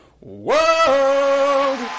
world